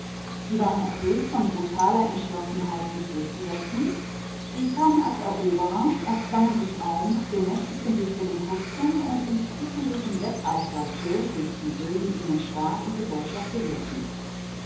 sie waren erfüllt von brutaler entschlossenheit sich durchzusetzen sie kamen als eroberer erzwangen sich raum bemächtigten sich binnen kurzem und in skrupellosem wetteifer der hilfsmittel die ihnen staat und gesellschaft gewährten